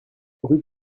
rue